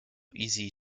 easy